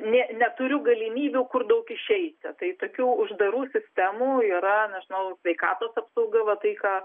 nė neturiu galimybių kur daug išeiti tai tokių uždarų sistemų yra nežinau sveikatos apsauga va tai ką